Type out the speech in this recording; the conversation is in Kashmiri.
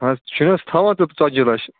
اتھ چھِ حظ تھاوان تیٚلہِ ژٕ ژَتجی لچھ